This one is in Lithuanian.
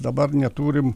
dabar neturim